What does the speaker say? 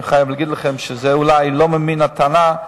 אני חייב להגיד לכם שזה אולי לא ממין הטענה,